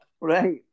right